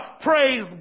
praise